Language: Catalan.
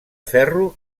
ferro